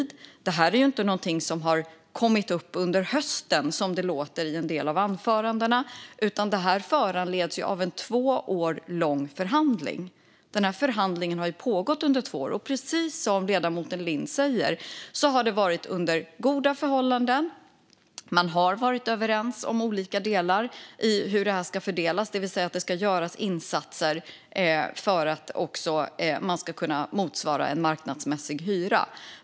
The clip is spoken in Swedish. Detta är inte något som har kommit upp under hösten, som det låter i en del av anförandena, utan det här föranleds av en två år lång förhandling. Förhandlingen har pågått under två år. Precis som ledamoten Lind säger har förhandlingen skett under goda förhållanden och man har varit överens om fördelningen i olika delar, det vill säga att det ska göras insatser för att motsvara en marknadsmässig hyra.